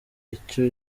icyo